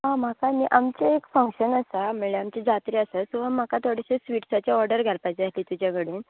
हय म्हाका नू आमचे एक फंक्शन आसा म्हळ्यार आमची जात्रा आसा सो म्हाका थोडेशें स्वीट्साची ऑर्डर घालपाक जाय आसली तुजे कडेन